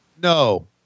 No